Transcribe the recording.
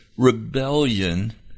rebellion